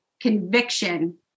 conviction